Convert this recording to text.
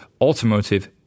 automotive